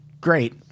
great